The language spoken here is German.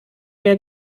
mehr